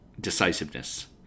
decisiveness